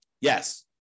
Yes